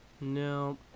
No